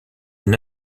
une